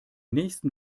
nächsten